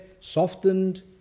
softened